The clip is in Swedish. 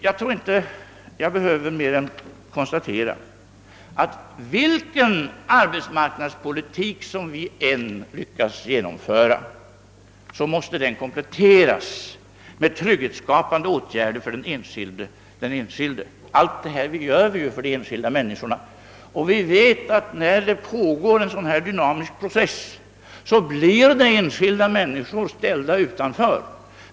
Jag behöver nog inte mer än konstatera att vilken arbetsmarknadspolitik som vi än lyckas genomföra, måste den kompletteras med trygghetsskapande åtgärder för den enskilde. Allt detta gör vi ju för de enskilda människorna, och vi vet att när det pågår en sådan dynamisk process blir enskilda människor ställda utanför.